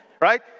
right